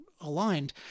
aligned